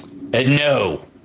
no